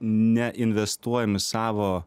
neinvestuojam į savo